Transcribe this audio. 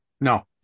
No